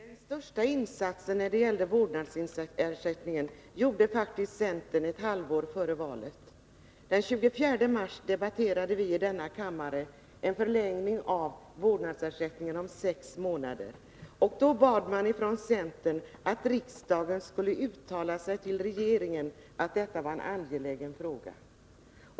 Herr talman! Helt kort: Den största insatsen när det gällde vårdnadsersättning gjorde faktiskt centern ett halvår före valet. Den 24 mars debatterade vi i denna kammare en förlängning av vårdnadsersättningen om sex månader, och då bad man från centerhåll att riksdagen skulle uttala sig till regeringen att detta var en angelägen fråga.